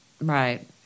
Right